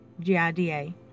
G-I-D-A